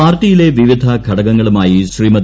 പാർട്ടിയിലെ വിവിധ ഘടകങ്ങളുമായി ശ്രീമതി